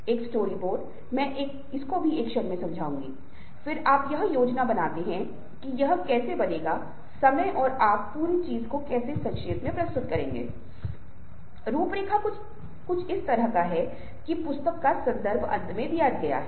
जब हम संचार के बारे में बात कर रहे थे जब हम भाषण बॉडी लैंग्वेज अशाब्दिक संचार के बारे में बात कर रहे थेअगर आप एक प्रस्तुति के संदर्भ में बात कर रहे हैं तो विजुअल एक पूरक के रूप में कार्य करता है यह कुछ ऐसा है जो जोड़ा जाता है जो संचार प्रक्रिया को बढ़ाता है